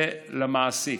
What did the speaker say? זה למעסיק.